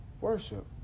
Worship